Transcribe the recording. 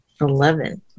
Eleven